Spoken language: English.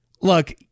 Look